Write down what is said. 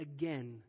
again